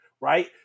right